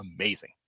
amazing